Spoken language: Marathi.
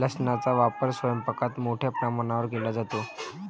लसणाचा वापर स्वयंपाकात मोठ्या प्रमाणावर केला जातो